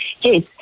Yes